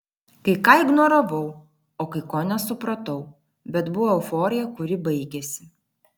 kai ką ignoravau o kai ko nesupratau bet buvo euforija kuri baigėsi